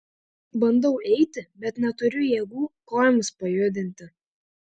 bandau eiti bet neturiu jėgų kojoms pajudinti